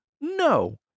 No